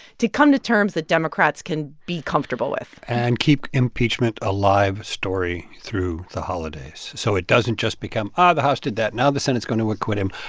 to come to terms that democrats can be comfortable with and keep impeachment alive story through the holidays, so it doesn't just become, ah, the house did that. now the senate is going to acquit him.